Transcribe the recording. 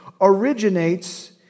originates